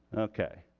ok